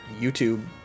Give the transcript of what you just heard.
YouTube